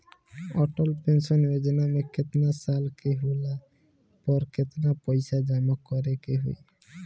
Atal pension Yojana मे केतना साल के होला पर केतना पईसा जमा करे के होई?